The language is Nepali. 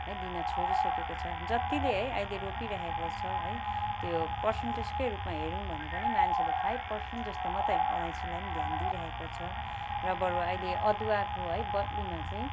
है दिन छोडिसकेको छ जत्तिले है अहिले रोपिरहेको छ है त्यो परसेन्टेजकै रूपमा हेऱ्यौँ भने पनि मान्छेले फाइभ परसेन्ट जस्तो मात्रै अलैँचीलाई पनि ध्यान दिइरहेको छ र बरु अहिले अदुवाको है बदलीमा चाहिँ